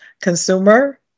consumer